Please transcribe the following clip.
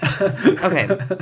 Okay